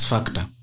Factor